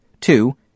two